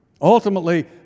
ultimately